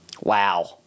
wow